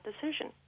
decision